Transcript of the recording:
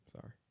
Sorry